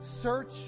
search